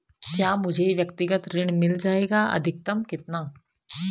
क्या मुझे व्यक्तिगत ऋण मिल जायेगा अधिकतम कितना?